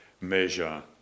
measure